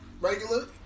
regular